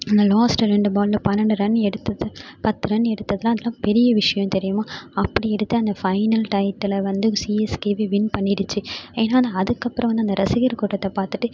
அந்த லாஸ்ட்டு ரெண்டு பாலில் பன்னெண்டு ரன் எடுத்தது பத்து ரன் எடுத்ததெலாம் அதெலாம் பெரிய விஷயம் தெரியுமா அப்படி எடுத்து அந்த ஃபைனல் டையத்தில் வந்து சிஎஸ்கேவே வின் பண்ணிடிச்சு ஏன்னால் நான் அதுக்கப்புறம் வந்து அந்த ரசிகர் கூட்டத்தை பார்த்துட்டு